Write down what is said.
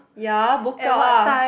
ya book out ah